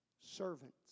servants